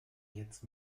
jetzt